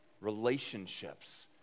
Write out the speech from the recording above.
relationships